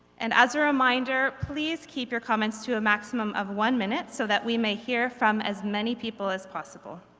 and as a reminder please keep your comments to a maximum of one minute so that we may hear from as many people as possible.